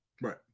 right